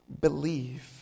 believe